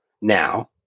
now